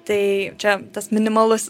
tai čia tas minimalus